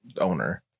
owner